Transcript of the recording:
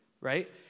right